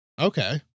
Okay